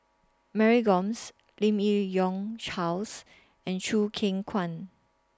Mary Gomes Lim Yi Yong Charles and Choo Keng Kwang